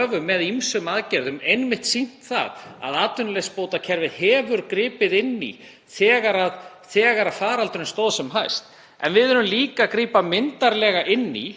og með ýmsum aðgerðum, einmitt sýnt að atvinnuleysisbótakerfið hefur gripið inn í þegar faraldurinn stóð sem hæst. En við erum líka að grípa myndarlega inn í